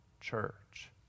church